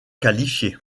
qualifiées